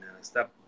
stop